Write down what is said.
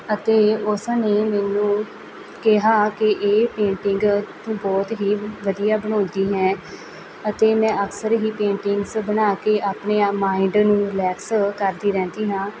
ਅਤੇ ਉਸਨੇ ਮੈਨੂੰ ਕਿਹਾ ਕਿ ਇਹ ਪੇਂਟਿੰਗ ਤੂੰ ਬਹੁਤ ਹੀ ਵਧੀਆ ਬਣਾਉਂਦੀ ਹੈ ਅਤੇ ਮੈਂ ਅਕਸਰ ਹੀ ਪੇਂਟਿੰਗਸ ਬਣਾ ਕੇ ਆਪਣੇ ਮਾਇੰਡ ਨੂੰ ਰੀਲੈਕਸ ਕਰਦੀ ਰਹਿੰਦੀ ਹਾਂ